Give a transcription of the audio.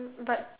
but